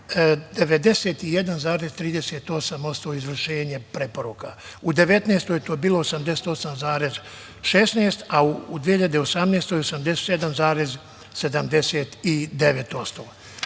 91,38% izvršenje preporuka, u 2019. godini je to bilo 88,16%, a u 2018. godini 87,79%.